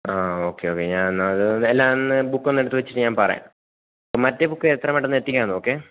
ആ okay okay ഞാനെന്നാൽ എല്ലാമൊന്ന് ബുക്കൊന്നെടുത്ത് വെച്ചിട്ട് ഞാൻ പറയാം മറ്റേ ബുക്ക് എത്രയും പെട്ടെന്ന് എത്തിക്കാൻ നോക്കിക്കേ